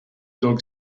dog